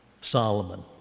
Solomon